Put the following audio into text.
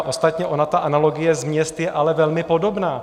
Ostatně ona analogie z měst je ale velmi podobná.